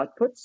outputs